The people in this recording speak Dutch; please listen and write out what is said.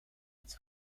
het